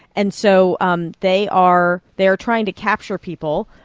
and so um they are they are trying to capture people,